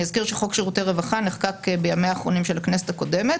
אני אזכיר שחוק שירותי רווחה נחקק בימיה האחרונים של הכנת הקודמת.